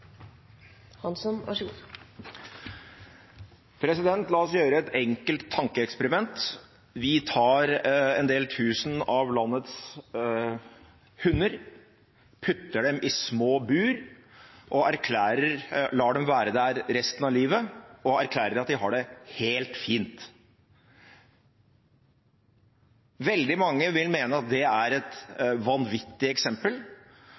La oss gjøre et enkelt tankeeksperiment: Vi tar en del tusen av landets hunder, putter dem i små bur, lar dem være der resten av livet og erklærer at de har det helt fint. Veldig mange vil mene at det er et vanvittig eksempel,